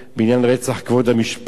בעניין רצח על כבוד המשפחה